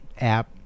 app